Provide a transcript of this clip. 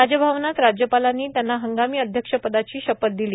राजभवनात राज्यपालांनी त्यांना हंगामी अध्यक्ष पदाची शपथ दिली